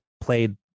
played